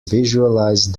visualise